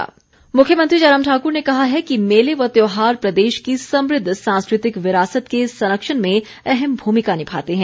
मुख्यमंत्री मुख्यमंत्री जयराम ठाकुर ने कहा है कि मेले व त्यौहार प्रदेश की समृद्ध सांस्कृतिक विरासत के संरक्षण में अहम भूमिका निभाते हैं